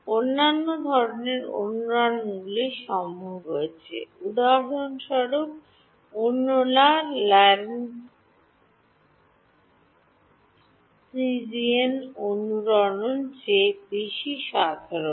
অন্যান্য ধরণের অনুরণনগুলি সম্ভব রয়েছে উদাহরণস্বরূপ অন্যরা লরেন্তজিয়ান অনুরণনগুলির চেয়ে বেশি সাধারণ